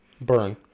Burn